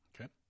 Okay